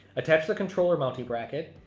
attach the controller mounting bracket,